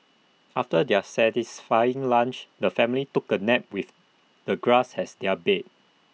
after their satisfying lunch the family took A nap with the grass as their bed